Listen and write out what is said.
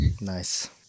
Nice